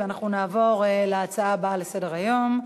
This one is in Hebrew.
נעבור להצעה הבאה לסדר-היום: